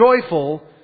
joyful